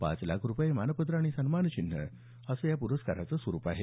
पाच लाख रूपये मानपत्र आणि सन्मानचिन्ह असं या प्रस्काराचं स्वरूप आहे